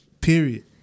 Period